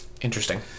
Interesting